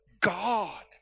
God